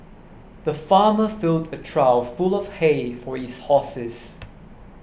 the farmer filled a trough full of hay for his horses